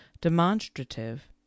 demonstrative